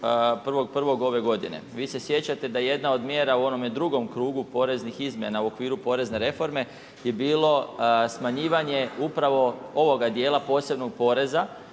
1.1. ove godine. Vi se sjećate da je jedna od mjera u onome drugome krugu poreznih izmjena u okviru porezne reforme je bilo smanjivanje upravo ovoga djela posebnog poreza